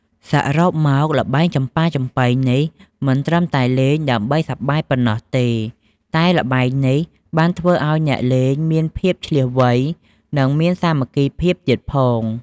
សរុបមក ល្បែងចំប៉ាចំប៉ីនេះមិនត្រឹមតែលេងដើម្បីសប្បាយប៉ុណ្ណោះទេ តែល្បែងនេះបានធ្វើឲ្យអ្នកលេងមានភាពឆ្លាសវៃ និងមានសាមគ្គីភាពទៀតផង។